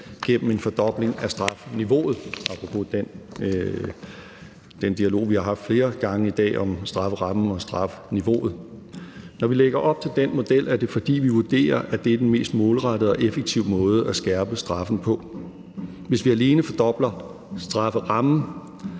gennem en fordobling af strafniveauet – apropos den dialog, vi har haft flere gange i dag, om strafferammen og strafniveauet. Når vi lægger op til den model, er det, fordi vi vurderer, at det er den mest målrettede og effektive måde at skærpe straffen på. Hvis vi alene fordobler strafferammen,